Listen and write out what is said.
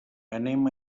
anem